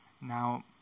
Now